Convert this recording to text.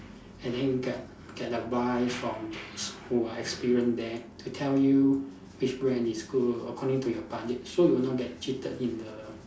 and then get get to buy from who are experienced there to tell you which brand is good according to your budget so you would not get cheated in the